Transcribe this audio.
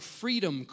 freedom